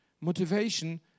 motivation